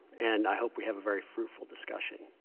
and i hope we have a very fruitful discussion.